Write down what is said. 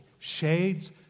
shades